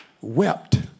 wept